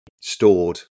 stored